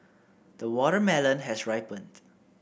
the watermelon has ripened